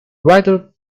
writer